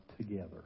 together